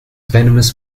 venomous